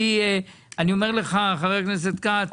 אני אומר לך חבר הכנסת כץ,